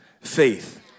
faith